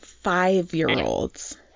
Five-year-olds